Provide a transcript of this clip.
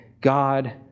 God